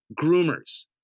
groomers